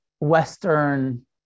Western